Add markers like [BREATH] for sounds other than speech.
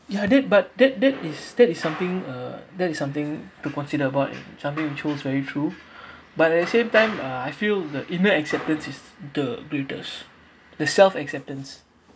ya that but that that is that is something uh that is something to consider about something we chose very true [BREATH] but at the same time uh I feel the inner acceptance is the greatest the self acceptance